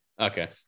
Okay